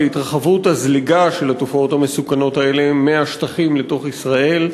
להתרחבות הזליגה של התופעות המסוכנות האלה מהשטחים לתוך ישראל,